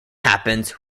happens